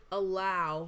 allow